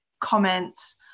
comments